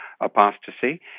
apostasy